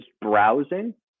browsing